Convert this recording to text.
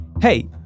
Hey